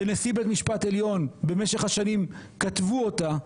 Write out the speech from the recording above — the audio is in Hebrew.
שנשיא בית משפט עליון במשך השנים כתבו אותה,